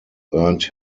earned